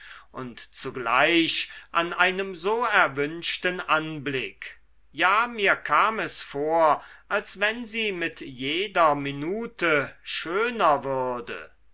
und zugleich an einem so erwünschten anblick ja mir kam es vor als wenn sie mit jeder minute schöner würde